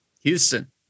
Houston